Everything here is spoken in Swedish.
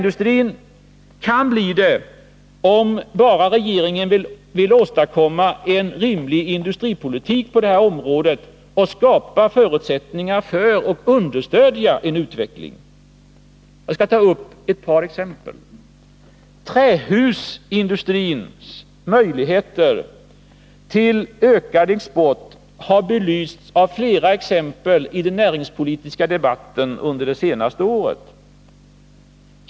Den kan bli det om regeringen bara vill åstadkomma en rimlig industripolitik på detta område och skapa förutsättningar för och understödja en utveckling. Jag skall ta ett par exempel. Trähusindustrins möjligheter till ökad export har belysts med flera exempel i den näringspolitiska debatten under de senaste året.